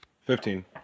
Fifteen